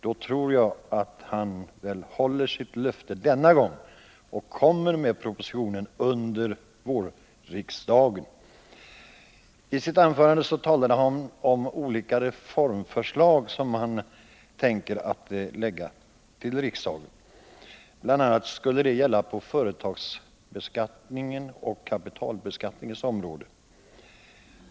Då tror jag väl att han håller sitt löfte denna gång och kommer med en proposition under vårriksdagen. I sitt anförande talade Ingemar Mundebo om olika reformförslag som han tänker förelägga riksdagen. Bl. a. skulle det gälla på företagsbeskattningens och kapitalbeskattningens område.